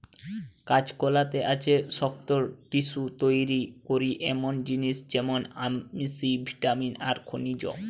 কাঁচকলাতে আছে শক্ত টিস্যু তইরি করে এমনি জিনিস যেমন আমিষ, ভিটামিন আর খনিজ